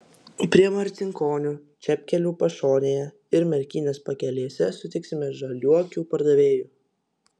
prie marcinkonių čepkelių pašonėje ir merkinės pakelėse sutiksime žaliuokių pardavėjų